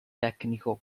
tecnico